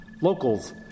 locals